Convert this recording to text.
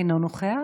אינו נוכח,